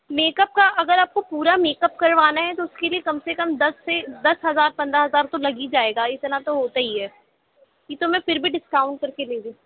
makeup کا اگر آپ کو پورا میکپ کروانا ہے تو اس کے لیے کم سے کم دس سے دس ہزار پندرہ ہزار تو لگ ہی جائے گا اتنا تو ہوتا ہی ہے یہ تو میں پھر بھی ڈسکاؤنٹ کر کے لے رہی